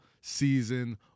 season